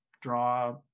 draw